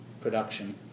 production